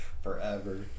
forever